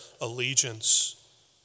allegiance